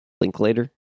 Linklater